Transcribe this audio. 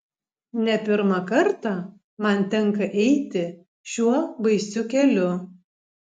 ne pirmą kartą man tenka eiti šiuo baisiu keliu